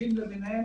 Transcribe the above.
אחרי כן